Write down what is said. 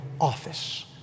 office